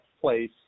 place